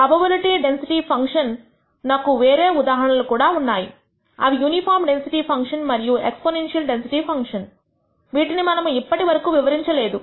probability density function నాకు వేరే ఉదాహరణలు కూడా ఉన్నాయి అవి యూనిఫామ్ డెన్సిటీ ఫంక్షన్ మరియు ఎక్సపోనెంషియల్ డెన్సిటీ ఫంక్షన్ వీటిని మనము ఇప్పటివరకు వివరించలేదు